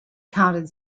counted